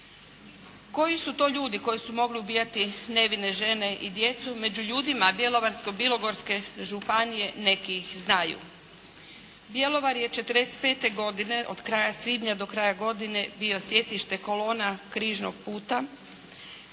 Koji su to ljudi koji su mogli ubijati nevine žene i djecu. Među ljudima Bjelovarske-bilogorske županije neki ih znaju. Bjelovar je '45. godine od kraja svibnja do kraja godine bio sjecište kolona Križnog puta.